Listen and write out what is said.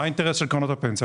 מה האינטרס של קרנות הפנסיה?